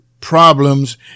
problems